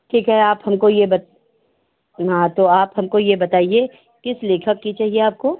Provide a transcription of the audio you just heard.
ठीक है आप हमको ये बात तो आप हमको यह बताईए किस लेखक की चाहिए आपको